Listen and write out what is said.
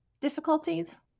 difficulties